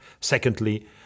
Secondly